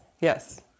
yes